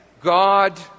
God